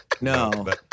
No